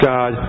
God